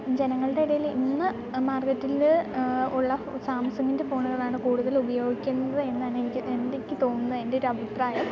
ജനങ്ങളുടെ ഇടയിൽ ഇന്നു മാർക്കറ്റിൽ ഉള്ള സാംസങ്ങിൻ്റെ ഫോണുകളാണ് കൂടുതലുപയോഗിക്കുന്നത് എന്നാണ് എനിക്ക് എനിക്ക് തോന്നുന്നത് എൻ്റൊരഭിപ്രായം